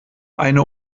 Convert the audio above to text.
eine